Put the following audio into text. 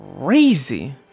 crazy